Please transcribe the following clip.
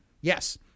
yes